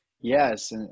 Yes